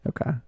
Okay